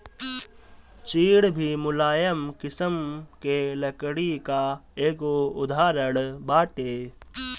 चीड़ भी मुलायम किसिम के लकड़ी कअ एगो उदाहरण बाटे